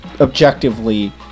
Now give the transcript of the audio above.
objectively